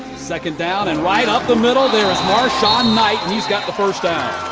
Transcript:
second down. and right up the middle. there's marson-knight, he's got the first down.